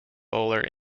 bowler